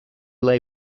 lay